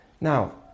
Now